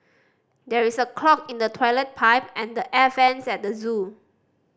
there is a clog in the toilet pipe and the air vents at the zoo